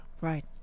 right